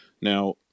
now